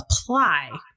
apply